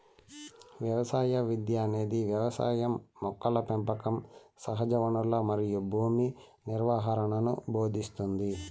వ్యవసాయ విద్య అనేది వ్యవసాయం మొక్కల పెంపకం సహజవనరులు మరియు భూమి నిర్వహణను భోదింస్తుంది